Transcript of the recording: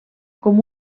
com